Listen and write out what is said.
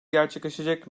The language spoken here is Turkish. gerçekleşecek